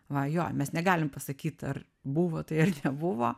va jo mes negalim pasakyt ar buvo tai ar nebuvo